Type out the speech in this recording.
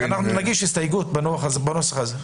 אנחנו נגיש הסתייגות בנוסח הזה.